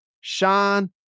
Sean